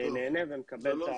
נהנה ומקבל את הסיוע ואת המענה.